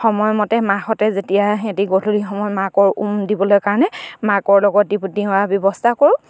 সময়মতে মাকহঁতে যেতিয়া সিহঁতি গধূলি সময় মাকৰ উম দিবলৈ কাৰণে মাকৰ লগত দিহা ব্যৱস্থা কৰোঁ